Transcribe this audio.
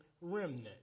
remnant